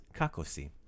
kakosi